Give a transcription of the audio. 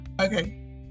okay